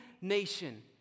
nation